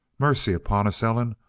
mercy upon us! ellen,